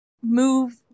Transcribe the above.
move